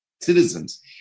citizens